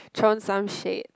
throwing some shade